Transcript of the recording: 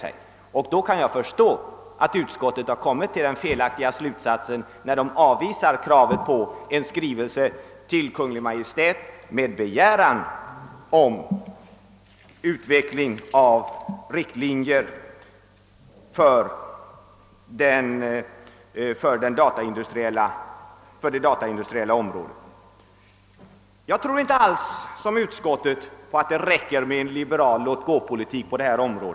I så fall kan jag förstå att utskottet har kommit till den oriktiga slutsats som man gjort när utskottet avvisar kravet på en skrivelse till Kungl. Maj:t med begäran om utveckling av riktlinjer för det dataindustriella området. Jag tror inte, såsom utskottet tydligen gör, att det räcker med en liberal låtgåpolitik på detta område.